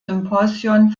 symposion